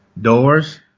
doors